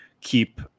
keep